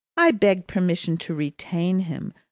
i begged permission to retain him,